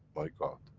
my god!